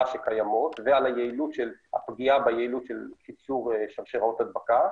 שקיימות והפגיעה ביעילות של קיצור שרשראות הדבקה,